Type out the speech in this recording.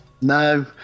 No